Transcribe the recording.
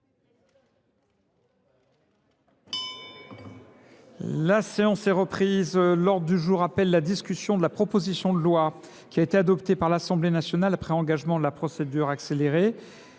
La séance est reprise. L’ordre du jour appelle la discussion de la proposition de loi, adoptée par l’Assemblée nationale après engagement de la procédure accélérée,